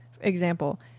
example